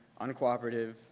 uncooperative